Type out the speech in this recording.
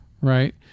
Right